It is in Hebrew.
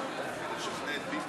אנחנו עוברים לסעיף הבא